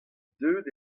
deuet